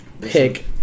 pick